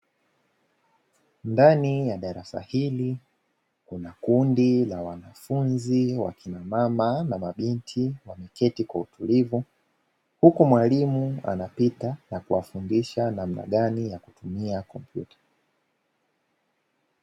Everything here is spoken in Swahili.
Ndani ya darasa hili, kuna kundi la wanafunzi wakina mama na mabinti wameketi kwa utulivu. Huku mwalimu anapita kuwafundisha namna gani ya kutumia kompyuta.